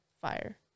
fire